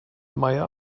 meier